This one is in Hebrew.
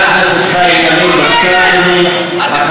חבר הכנסת חיים ילין, בבקשה, אדוני.